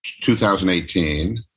2018